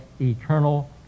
eternal